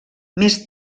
més